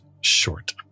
short